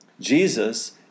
Jesus